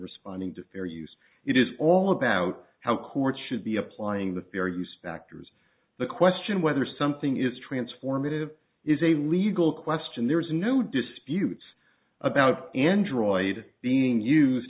responding to fair use it is all about how courts should be applying the fear you spector's the question whether something is transformative is a legal question there's no dispute about android being used